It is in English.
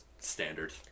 Standard